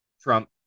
Trump